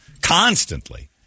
constantly